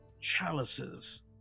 chalices